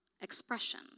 expression